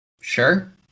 Sure